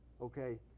okay